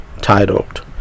titled